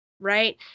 Right